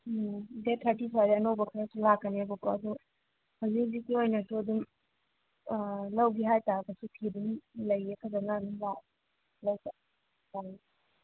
ꯎꯝ date thirty ꯐꯥꯎꯗꯤ ꯑꯅꯧꯕ ꯈꯔꯁꯨ ꯂꯥꯛꯀꯅꯦꯕꯀꯣ ꯑꯗꯣ ꯍꯧꯖꯤꯛ ꯍꯧꯖꯤꯛꯀꯤ ꯑꯣꯏꯅꯁꯨ ꯑꯗꯨꯝ ꯂꯧꯒꯦ ꯍꯥꯏ ꯇꯥꯔꯒꯁꯨ ꯐꯤ ꯑꯗꯨꯝ ꯂꯩꯌꯦ ꯐꯖꯅ ꯑꯗꯨꯝ ꯂꯥꯛꯑꯣ ꯂꯧꯕ ꯎꯝ